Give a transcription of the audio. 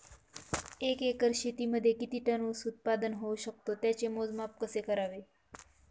एका एकर शेतीमध्ये किती टन ऊस उत्पादन होऊ शकतो? त्याचे मोजमाप कसे करावे?